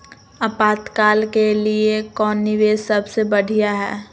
आपातकाल के लिए कौन निवेस सबसे बढ़िया है?